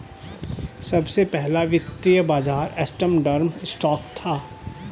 सबसे पहला वित्तीय बाज़ार एम्स्टर्डम स्टॉक था